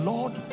Lord